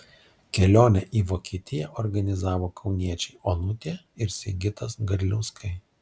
kelionę į vokietiją organizavo kauniečiai onutė ir sigitas gadliauskai